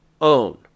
own